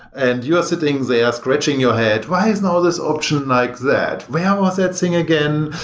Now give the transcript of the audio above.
and you're sitting there, stretching your head, why is now this option like that? where's that thing again?